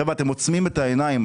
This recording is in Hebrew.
חבר'ה, אתם עוצמים את העיניים.